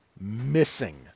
missing